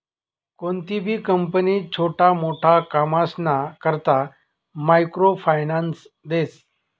कोणतीबी कंपनी छोटा मोटा कामसना करता मायक्रो फायनान्स देस